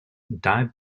dive